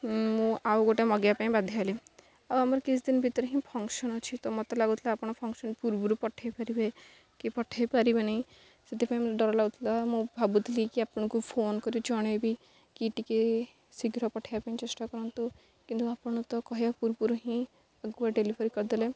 ମୁଁ ଆଉ ଗୋଟେ ମଗାଇବା ପାଇଁ ବାଧ୍ୟ ହେଲି ଆଉ ଆମର କିଛି ଦିନ ଭିତରେ ହିଁ ଫଙ୍କସନ୍ ଅଛି ତ ମୋତେ ଲାଗୁଥିଲା ଆପଣ ଫଙ୍କସନ୍ ପୂର୍ବରୁ ପଠାଇ ପାରିବେ କି ପଠାଇ ପାରିବେନି ସେଥିପାଇଁ ଡର ଲାଗୁଥିଲା ମୁଁ ଭାବୁଥିଲି କି ଆପଣଙ୍କୁ ଫୋନ କରି ଜଣାଇବି କି ଟିକେ ଶୀଘ୍ର ପଠାଇବା ପାଇଁ ଚେଷ୍ଟା କରନ୍ତୁ କିନ୍ତୁ ଆପଣ ତ କହିବା ପୂର୍ବରୁ ହିଁ ଆଗୁଆ ଡେଲିଭରି କରିଦେଲେ